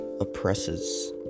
oppresses